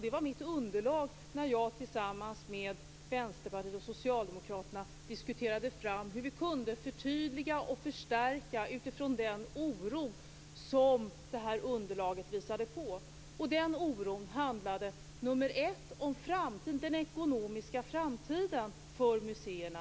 Den var mitt underlag när jag tillsammans med Vänsterpartiet och Socialdemokraterna diskuterade fram hur vi kunde förtydliga och förstärka med anledning av den oro som detta underlag visade på. Oron handlade för det första om den ekonomiska framtiden för museerna.